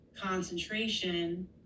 concentration